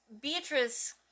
Beatrice